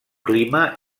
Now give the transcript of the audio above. clima